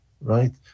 right